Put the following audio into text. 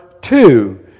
two